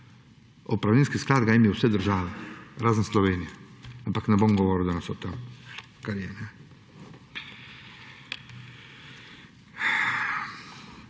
Odpravninski sklad imajo vse države razen Slovenije, ampak ne bom govoril danes o tem. Človek, ki